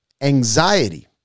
anxiety